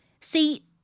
See